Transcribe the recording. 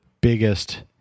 biggest